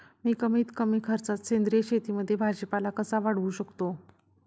मी कमीत कमी खर्चात सेंद्रिय शेतीमध्ये भाजीपाला कसा वाढवू शकतो?